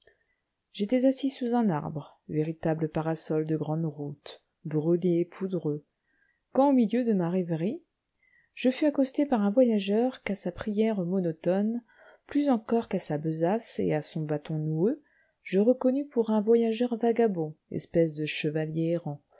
j'étais assis sous un arbre véritable parasol de grande route brûlé et poudreux quand au milieu de ma rêverie je fus accosté par un voyageur qu'à sa prière monotone plus encore qu'à sa besace et à son bâton noueux je reconnus pour un voyageur vagabond espèce de chevalier errant